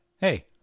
hey